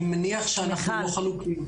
אני מניח שאנחנו לא חלוקים.